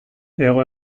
hego